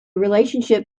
relationship